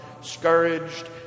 scourged